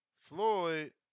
Floyd